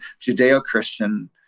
Judeo-Christian